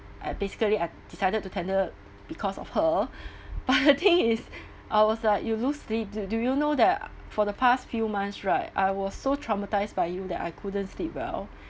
I basically I decided to tender because of her but the thing is I was like you lose sleep do do you know that for the past few months right I was so traumatised by you that I couldn't sleep well